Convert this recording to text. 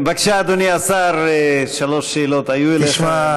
בבקשה, אדוני השר, שלוש שאלות היו לך.